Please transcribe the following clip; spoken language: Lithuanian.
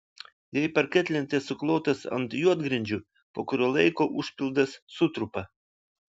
jei parketlentės suklotos ant juodgrindžių po kurio laiko užpildas sutrupa